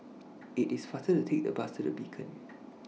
IT IS faster to Take The Bus to The Beacon